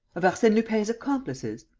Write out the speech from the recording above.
of arsene lupin's accomplices?